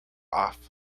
off